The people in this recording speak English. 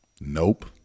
nope